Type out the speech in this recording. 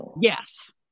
Yes